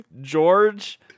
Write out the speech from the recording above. George